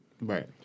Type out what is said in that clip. Right